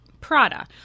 Prada